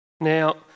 Now